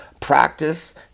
practice